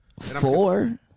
Four